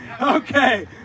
Okay